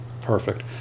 Perfect